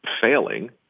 failing